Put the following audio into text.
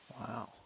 Wow